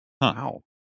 Wow